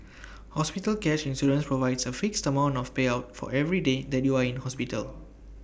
hospital cash insurance provides A fixed amount of payout for every day that you are in hospital